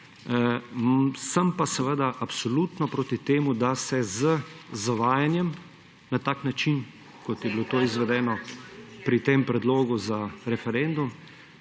sem pa seveda absolutno proti temu, da se z zavajanjem na tak način, kot je bilo izvedeno pri tem predlogu za referendum,